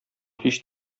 һич